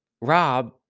Rob